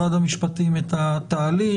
המשפטים את התהליך,